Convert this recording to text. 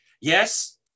Yes